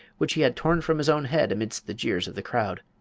which he had torn from his own head amidst the jeers of the crowd.